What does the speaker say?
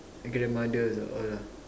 and grandmother also old lah